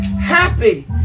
happy